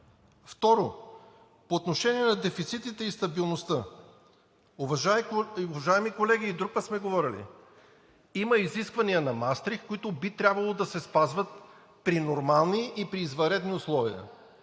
Второ, по отношение на дефицитите и стабилността. Уважаеми колеги, и друг пък сме говорили. Има изисквания на Маастрихт, които би трябвало да се спазват при нормални и при извънредни условия.